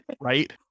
right